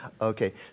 Okay